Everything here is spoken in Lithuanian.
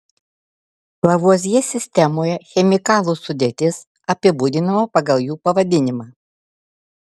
lavuazjė sistemoje chemikalų sudėtis apibūdinama pagal jų pavadinimą